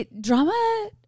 drama